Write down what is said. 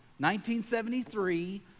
1973